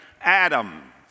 Adam